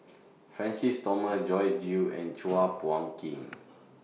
Francis Thomas Joyce Jue and Chua Phung Kim